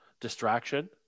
distraction